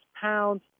pounds